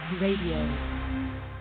Radio